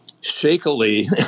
shakily